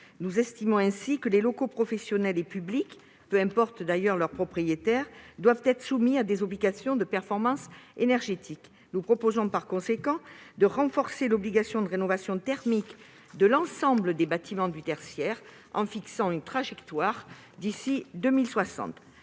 Nous estimons ainsi que les locaux professionnels et publics, peu importe d'ailleurs leurs propriétaires, doivent être soumis à des obligations de performance énergétique. Nous proposons, par conséquent, de renforcer l'obligation de rénovation thermique de l'ensemble des bâtiments du secteur tertiaire en fixant une trajectoire d'ici à 2060.